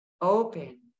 open